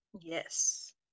yes